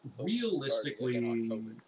Realistically